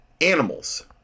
animals